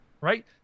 Right